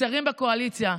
שרים בקואליציה,